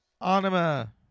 Anima